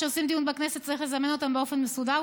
כשעושים דיון בכנסת צריך לזמן אותם באופן מסודר,